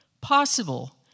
Possible